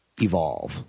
evolve